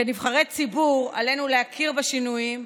כנבחרי ציבור עלינו להכיר בשינויים,